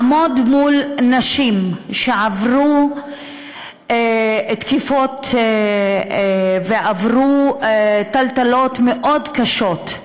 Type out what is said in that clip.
לעמוד מול נשים שעברו תקיפות ועברו טלטלות מאוד קשות,